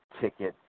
ticket